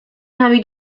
nami